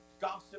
gossip